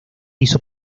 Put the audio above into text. hizo